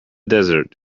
desert